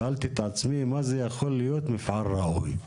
שאלתי את עצמי מה זה יכול להיות מפעל ראוי.